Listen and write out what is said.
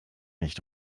nicht